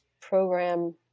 program